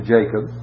Jacob